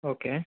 okay